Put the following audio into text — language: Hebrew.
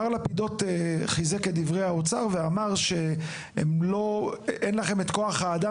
מר לפידות חיזק את דברי האוצר ואמר שאין לכם את כוח האדם